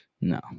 no